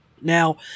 now